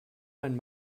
mein